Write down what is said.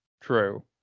True